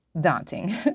daunting